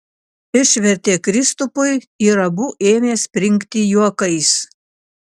išvertė kristupui ir abu ėmė springti juokais